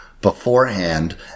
beforehand